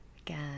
Again